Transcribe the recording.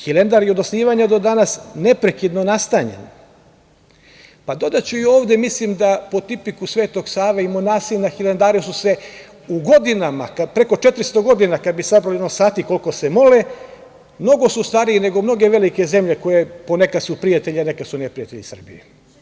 Hilandar je od osnivanja do danas neprekidno nastanjen, pa dodaću i ovde, mislim da po tipiku Svetog Save, i monasi na Hilandaru su preko 400 godina, kada bi sabrali sati koliko se mole, mnogo su stariji nego mnoge velike zemlje koje ponekad su prijatelji, a nekad su neprijatelji Srbiji.